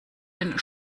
den